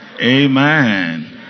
Amen